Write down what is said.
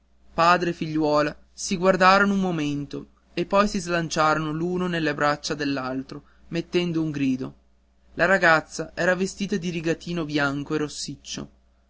e figliuola si guardarono un momento e poi si slanciarono l'uno nelle braccia dell'altro mettendo un grido la ragazza era vestita di rigatino bianco e rossiccio